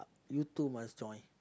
you two must join